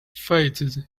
faded